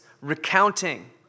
recounting